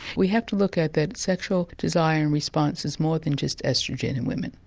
we have to look at that sexual desire and response is more than just oestrogen in women.